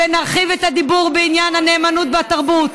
ונרחיב את הדיבור בעניין הנאמנות והתרבות.